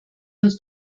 uns